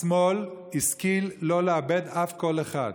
השמאל השכיל שלא לאבד אף קול אחד,